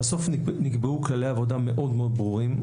בסוף נקבעו כללי עבודה מאוד מאוד ברורים,